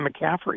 McCaffrey